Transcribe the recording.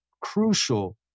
crucial